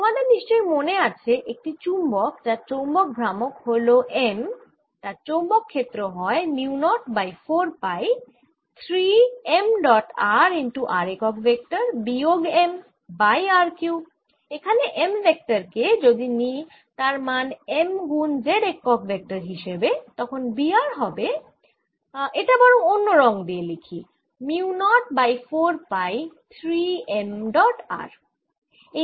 তোমাদের নিশ্চয়ই মনে আছে একটি চুম্বক যার চৌম্বক ভ্রামক হল m তার চৌম্বক ক্ষেত্র হয় mu naught by 4 pi 3 m dot r r একক ভেক্টর বিয়োগ m বাই r কিউব এখানে m ভেক্টর কে যদি নিই তার মান m গুন z একক ভেক্টর হিসেবে তখন B r হবে এটা বরং অন্য রঙ দিয়ে লিখি mu naught by 4 pi 3 m dot r